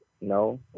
No